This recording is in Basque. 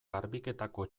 garbiketako